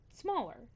smaller